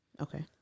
Okay